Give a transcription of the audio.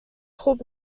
خوب